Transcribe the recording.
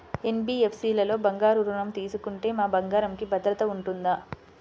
NBFC లలో బంగారు ఋణం తీసుకుంటే మా బంగారంకి భద్రత ఉంటుందా?